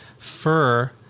fur